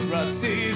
Rusty